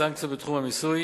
סנקציות בתחום המיסוי,